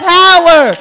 power